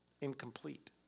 incomplete